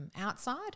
outside